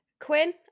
Quinn